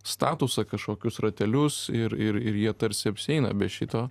statusą kažkokius ratelius ir ir ir jie tarsi apsieina be šito